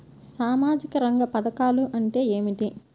సామాజిక రంగ పధకాలు అంటే ఏమిటీ?